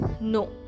No